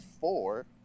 four